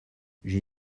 j’ai